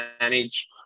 manage